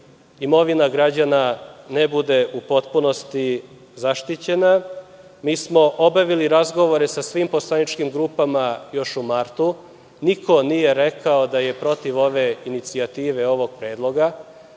imovina građana ne bude u potpunosti zaštićena. Mi smo obavili razgovore sa svim poslaničkim grupama još u martu, niko nije rekao da je protiv ove inicijative, ovog predloga